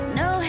no